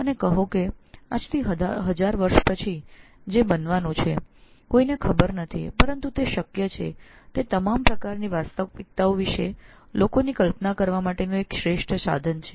અને કહો કે આજથી 1000 વર્ષ પછી જે બનવાનું છે કોઈને ખબર નથી પરંતુ શક્ય હોય તેવી તમામ પ્રકારની વાસ્તવિકતાઓ વિશે લોકોની કલ્પના કરી શકે એ માટેનું શ્રેષ્ઠ સાધન છે